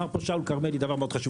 אמר שאול כרמלי דבר מאוד חשוב.